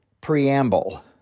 preamble